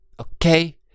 Okay